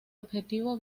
objetivo